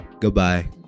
goodbye